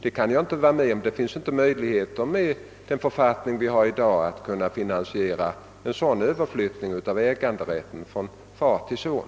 Med den författning vi i dag har finns inte en möjlighet att på detta sätt finansiera en sådan överflyttning av äganderätten från far till son.